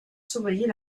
surveiller